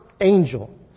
angel